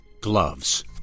gloves